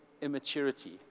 immaturity